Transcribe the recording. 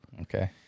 Okay